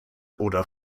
oder